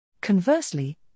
Conversely